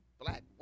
black